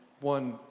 one